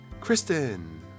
Kristen